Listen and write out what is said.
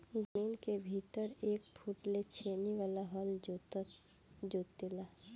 जमीन के भीतर एक फुट ले छेनी वाला हल जोते ला